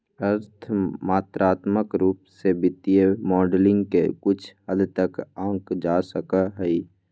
अर्थ मात्रात्मक रूप से वित्तीय मॉडलिंग के कुछ हद तक आंका जा सका हई